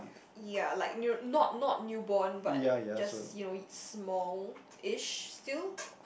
ya like new not not new born but just you know smallish still